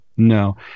No